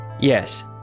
Yes